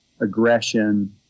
aggression